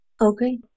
okay